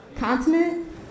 continent